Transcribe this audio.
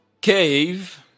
Cave